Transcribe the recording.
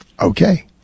Okay